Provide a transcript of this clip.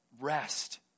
rest